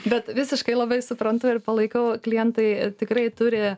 bet visiškai labai suprantu ir palaikau klientai tikrai turi